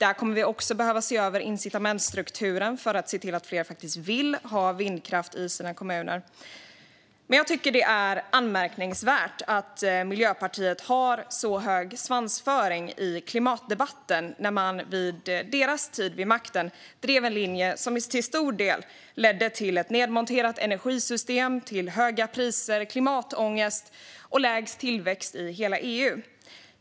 Vi kommer också att behöva se över incitamentsstrukturen för att se till att fler faktiskt vill ha vindkraft i sina kommuner. Men jag tycker att det är anmärkningsvärt att Miljöpartiet har så hög svansföring i klimatdebatten när de under sin tid vid makten drev en linje som till stor del ledde till ett nedmonterat energisystem, höga priser, klimatångest och lägst tillväxt i hela EU.